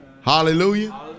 Hallelujah